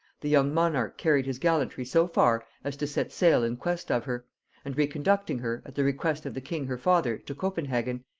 the young monarch carried his gallantry so far as to set sail in quest of her and re-conducting her, at the request of the king her father, to copenhagen,